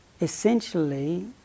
Essentially